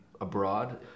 abroad